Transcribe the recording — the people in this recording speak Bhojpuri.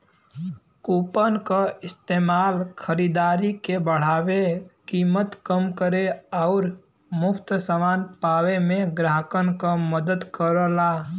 कूपन क इस्तेमाल खरीदारी के बढ़ावे, कीमत कम करे आउर मुफ्त समान पावे में ग्राहकन क मदद करला